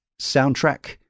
soundtrack